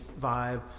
vibe